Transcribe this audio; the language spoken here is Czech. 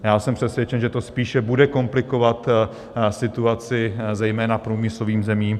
Já jsem přesvědčen, že to spíše bude komplikovat situaci zejména průmyslovým zemím.